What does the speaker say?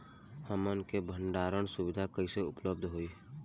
हमन के भंडारण सुविधा कइसे उपलब्ध होई?